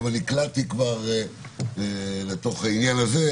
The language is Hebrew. אבל נקלעתי כבר לתוך העניין הזה.